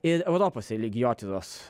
ir europos religijotyros